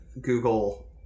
Google